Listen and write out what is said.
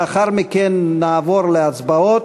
לאחר מכן נעבור להצבעות.